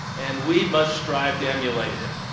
and we must strive to emulate him,